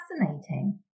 fascinating